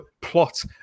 plot